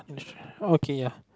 en~ oh okay ya